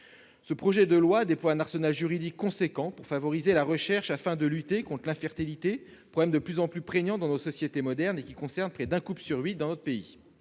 Ce projet de loi déploie un arsenal juridique considérable pour favoriser la recherche afin de lutter contre l'infertilité. Ce problème, de plus en plus prégnant dans nos sociétés modernes, concerne près d'un couple sur huit dans notre pays.